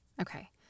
Okay